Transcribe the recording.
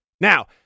Now